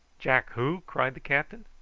jack who? cried the captain.